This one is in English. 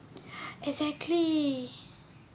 exactly